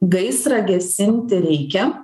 gaisrą gesinti reikia